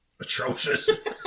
atrocious